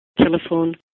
telephone